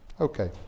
Okay